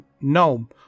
No